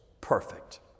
perfect